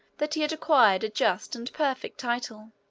that he had acquired a just and perfect title.